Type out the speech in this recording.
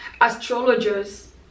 astrologers